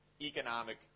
economic